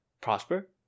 prosper